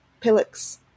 pillocks